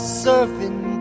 surfing